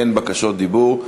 אין בקשות דיבור.